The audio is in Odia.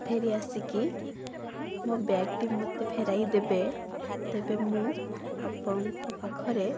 ଫେରି ଆସିକି ମୋ ବ୍ୟାଗଟି ମୋତେ ଫେରାଇ ଦେବେ ତେବେ ମୁଁ ଆପଣଙ୍କ ପାଖରେ